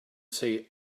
say